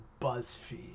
BuzzFeed